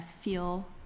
feel